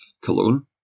Cologne